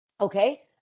Okay